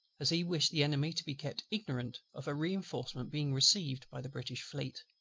as he wished the enemy to be kept ignorant of a reinforcement being received by the british fleet.